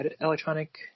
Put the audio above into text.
electronic